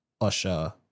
usher